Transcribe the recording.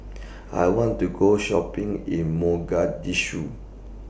I want to Go Shopping in Mogadishu